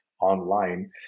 online